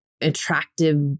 attractive